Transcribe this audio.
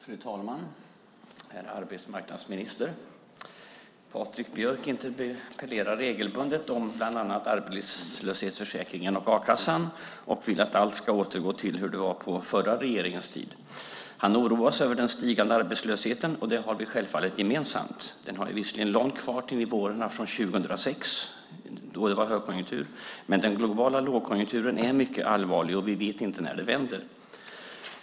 Fru talman och herr arbetsmarknadsminister! Patrik Björck interpellerar regelbundet bland annat om arbetslöshetsförsäkringen och a-kassan och vill att allt ska återgå till hur det var på den förra regeringens tid. Han oroar sig över den stigande arbetslösheten, och det har vi självfallet gemensamt. Den har visserligen långt kvar till nivåerna från 2006 då det var högkonjunktur, men den globala lågkonjunkturen är mycket allvarlig och vi vet inte när den vänder.